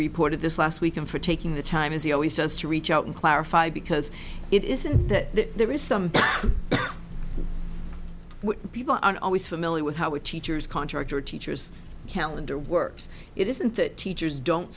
reported this last week and for taking the time as he always does to reach out and clarify because it isn't that there is some people aren't always familiar with how we teachers contractor teachers calendar works it isn't that teachers don't